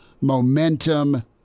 momentum